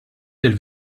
lill